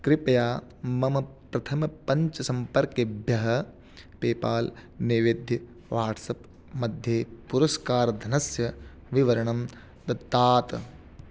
कृपया मम प्रथमपञ्च सम्पर्केभ्यः पेपाल् निवेद्य वाट्साप्मध्ये पुरस्कारधनस्य विवरणं दत्त